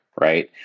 right